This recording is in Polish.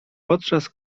podczas